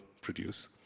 produce